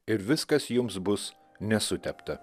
ir viskas jums bus nesutepta